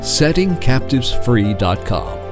settingcaptivesfree.com